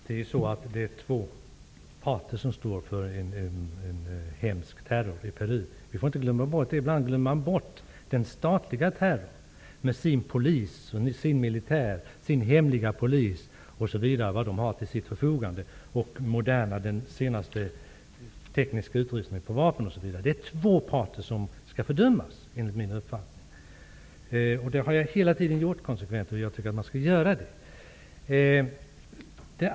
Fru talman! Det är två parter som står för den hemska terrorn i Peru. Vi får inte glömma det. Ibland glömmer vi bort den statliga terrorn: statens hemliga polis, militären och allt som staten har till sitt förfogande, t.ex. den senaste tekniska vapenutrustningen. Det är enligt min uppfattning två parter som skall fördömas. Det har jag konsekvent gjort hela tiden. Jag tycker att man skall göra det.